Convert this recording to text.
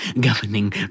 governing